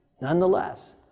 Nonetheless